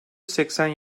seksen